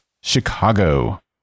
Chicago